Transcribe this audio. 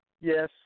Yes